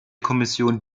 kommission